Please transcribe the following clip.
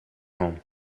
home